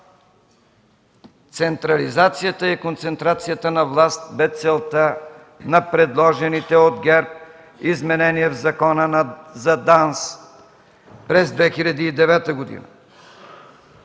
Централизацията и концентрацията на власт бе целта на предложените от ГЕРБ изменения в Закона за Държавна